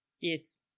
Yes